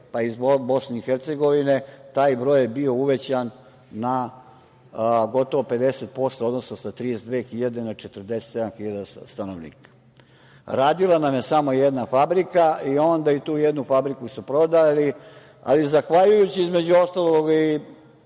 pa iz BiH, taj broj je bio uvećan za gotovo 50%, odnosno sa 32.000 na 47.000 stanovnika. Radila nam je samo jedna fabrika. Onda i tu jednu fabriku su prodali. Ali zahvaljujući, između ostalog i